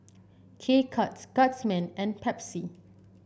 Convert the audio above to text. K Cuts Guardsman and Pepsi